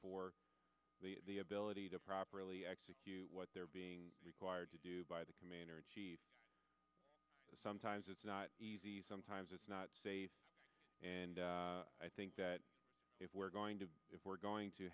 for the ability to properly execute what they're being required to do by the commander in chief sometimes it's not easy sometimes it's not safe and i think that if we're going to if we're going to